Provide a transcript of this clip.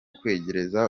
kwegereza